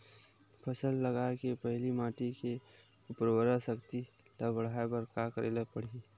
फसल लगाय के पहिली माटी के उरवरा शक्ति ल बढ़ाय बर का करेला पढ़ही?